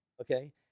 Okay